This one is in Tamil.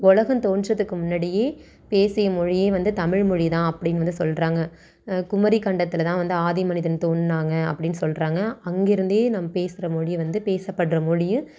உலகம் தோன்றுவதற்கு முன்னாடியே பேசிய மொழியே வந்து தமிழ்மொழிதான் அப்டின்னு வந்து சொல்கிறாங்க குமரி கண்டத்தில்தான் வந்து ஆதிமனிதன் தோன்றினாங்க அப்படின்னு சொல்கிறாங்க அங்கிருந்தே நம் பேசுகிற மொழி வந்து பேசப்படுற மொழியும்